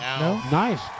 Nice